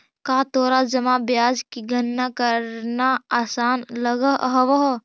का तोरा जमा ब्याज की गणना करना आसान लगअ हवअ